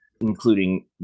including